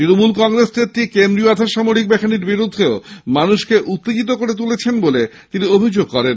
তৃনমূল কংগ্রেস নেত্রী কেন্দ্রীয় আধাসামরিক বাহিনীর বিরুদ্ধেও মানুষকে উত্তেজিত করে তুলছেন বলে তিনি অভিযোগ করেন